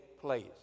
place